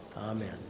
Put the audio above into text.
Amen